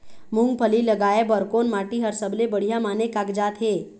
मूंगफली लगाय बर कोन माटी हर सबले बढ़िया माने कागजात हे?